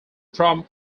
from